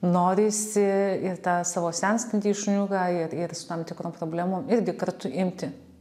norisi ir tą savo senstantį šuniuką ir ir su tam tikrom problemom irgi kartu imti